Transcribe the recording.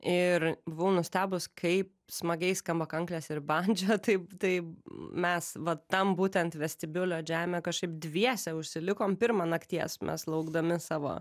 ir buvau nustebus kaip smagiai skamba kanklės ir bandža taip tai mes va tam būtent vestibiulio džeme kažkaip dviese užsilikom pirmą nakties mes laukdami savo